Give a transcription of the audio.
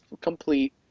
complete